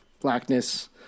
blackness